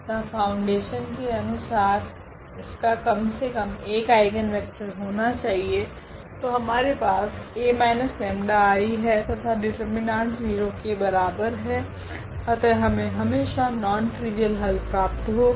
तथा फ़ाउंडेशन के अनुसार इसका कम से कम एक आइगनवेक्टर होना चाहिए तो हमारे पास A 𝜆I है तथा डिटर्मिनेंट 0 के बराबर है अतः हमे हमेशा नॉन ट्रिवियल हल प्राप्त होगा